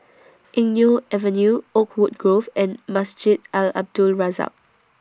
Eng Neo Avenue Oakwood Grove and Masjid Al Abdul Razak